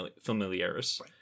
familiaris